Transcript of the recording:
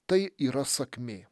tai yra sakmė